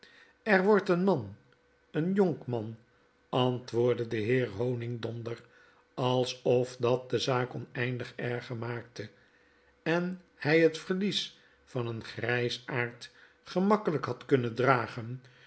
er wordt een man een jonkman ant woordde de heer honigdonder alsof dat de zaak oneindig erger maakte en hg het verlies van een grgsaard gemakkelijk had kunnen dragen